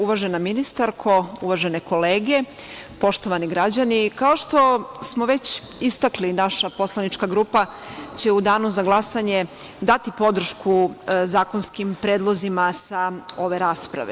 Uvažena ministarko, uvažene kolege, poštovani građani, kao što smo već istakli, naša poslanička grupa će u danu za glasanje dati podršku zakonskim predlozima sa ove rasprave.